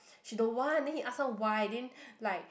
she don't want then he ask her why then like